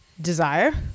desire